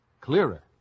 clearer